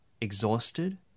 exhausted